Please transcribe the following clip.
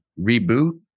reboot